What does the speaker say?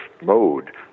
mode